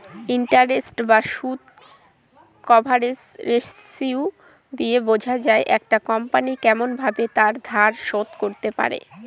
interest বা সুদ coverage ratio দিয়ে বোঝা যায় একটা কোম্পনি কেমন ভাবে তার ধার শোধ করতে পারে